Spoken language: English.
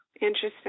Interesting